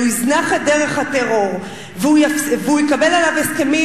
הוא יזנח את דרך הטרור והוא יקבל עליו הסכמים,